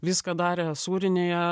viską darė sūrinėje